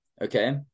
Okay